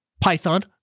Python